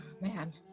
Man